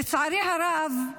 לצערי הרב,